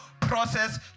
process